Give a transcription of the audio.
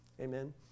Amen